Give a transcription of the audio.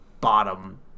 bottom